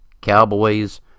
Cowboys